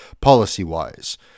policy-wise